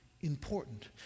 important